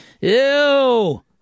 ew